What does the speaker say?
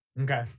Okay